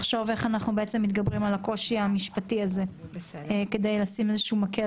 איך אנחנו מתגברים על הקושי המשפטי הזה כדי לשים איזשהו מקל